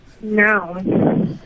no